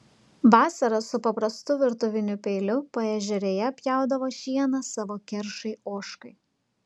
vasarą su paprastu virtuviniu peiliu paežerėje pjaudavo šieną savo keršai ožkai